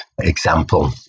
example